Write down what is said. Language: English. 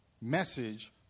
message